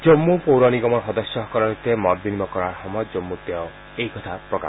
জন্মু পৌৰ নিগমৰ সদস্যসকলৰ সৈতে মত বিনিময় কৰাৰ সময়ত জম্মুত তেওঁ এইদৰে কয়